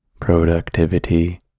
productivity